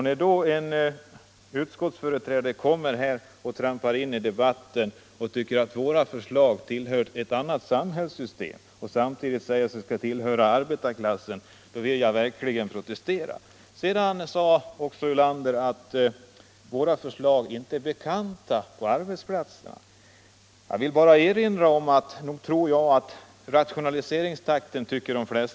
När en utskottsföreträdare då trampar in i debatten och tycker att våra förslag tillhör ett annat samhällssystem, samtidigt som han säger sig tillhöra arbetarklassen, vill jag verkligen protestera. Vidare säger herr Ulander att våra förslag inte är bekanta på arbetsplatserna. Jag vill bara peka på att de flesta nog tycker att rationaliseringstakten är alltför kraftig.